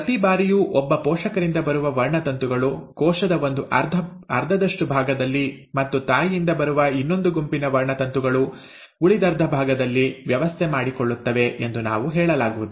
ಪ್ರತಿ ಬಾರಿಯೂ ಒಬ್ಬ ಪೋಷಕರಿಂದ ಬರುವ ವರ್ಣತಂತುಗಳು ಕೋಶದ ಒಂದು ಅರ್ಧದಷ್ಟು ಭಾಗದಲ್ಲಿ ಮತ್ತು ತಾಯಿಯಿಂದ ಬರುವ ಇನ್ನೊಂದು ಗುಂಪಿನ ವರ್ಣತಂತುಗಳು ಉಳಿದರ್ಧಭಾಗದಲ್ಲಿ ವ್ಯವಸ್ಥೆ ಮಾಡಿಕೊಳ್ಳುತ್ತವೆ ಎಂದು ನಾವು ಹೇಳಲಾಗುವುದಿಲ್ಲ